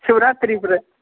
शिवरात्री पर